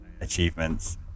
achievements